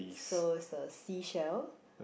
so is the seashell